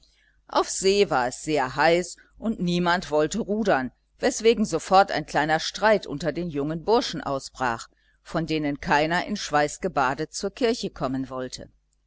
auf see war es sehr heiß und niemand wollte rudern weswegen sofort ein kleiner streit unter den jungen burschen ausbrach von denen keiner in schweiß gebadet zur kirche kommen wollte